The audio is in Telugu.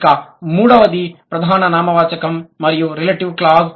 ఇక మూడవది ప్రధాన నామవాచకం మరియు రెలెటివ్ క్లాజ్